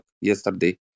yesterday